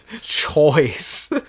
choice